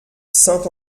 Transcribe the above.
saint